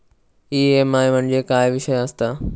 EMI म्हणजे काय विषय आसता?